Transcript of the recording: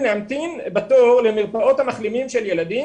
להמתין בתור למרפאות המחלימים של ילדים.